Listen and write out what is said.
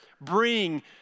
bring